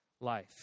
life